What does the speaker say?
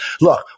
look